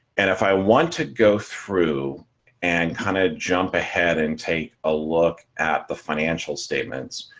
and if i want to go through and kind of jump ahead and take a look at the financial statements.